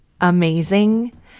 amazing